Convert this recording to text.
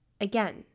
again